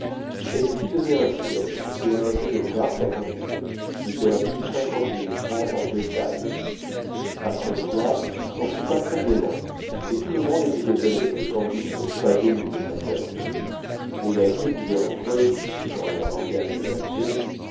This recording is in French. elle fit donner un siège et un jeu de cartes à candide qui perdit cinquante mille francs en deux tailles après quoi on soupa très gaiement et tout le monde était étonné que candide ne fût pas ému de sa perte les laquais disaient entre eux dans leur langage de